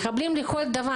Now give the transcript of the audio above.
הם מחבלים לכל דבר.